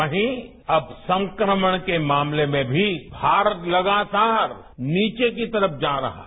वहीं अब संक्रमण के मामले में भी भारत लगातार नीचे की तरफ जा रहा है